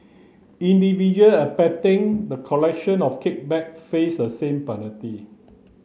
individual abetting the collection of kickback face the same penalty